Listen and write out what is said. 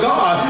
God